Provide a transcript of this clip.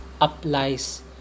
applies